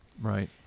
Right